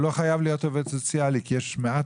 הוא לא חייב להיות עובד סוציאלי כי יש מעט